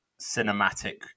cinematic